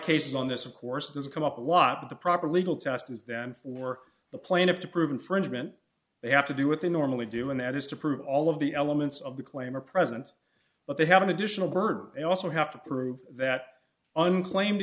cases on this of course does come up a lot the proper legal test is then for the plaintiff to prove infringement they have to do what they normally do and that is to prove all of the elements of the claim are president but they have an additional burden they also have to prove that unclaimed